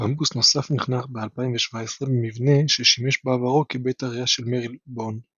קמפוס נוסף נחנך ב-2017 במבנה ששימש בעברו כבית העירייה של מרילבון .